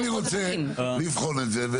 רוצה לבחון את זה.